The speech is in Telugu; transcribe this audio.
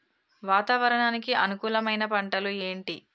వాతావరణానికి అనుకూలమైన పంటలు ఏంటి?